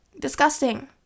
Disgusting